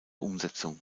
umsetzung